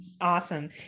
awesome